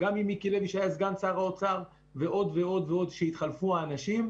וגם על העומק שלהם ונקודות מאוד מעניינות